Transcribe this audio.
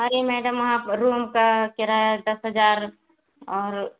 अरे मैडम वहाँ रूम का किराया दस हजार और